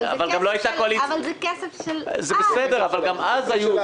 אבל --- אבל גם לא הייתה קואליציה --- אבל זה כסף של אז.